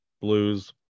Blues